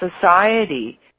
society